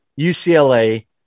UCLA